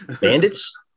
bandits